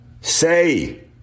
Say